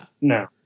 No